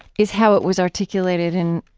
is how it was articulated in,